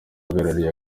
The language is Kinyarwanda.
ahagarariye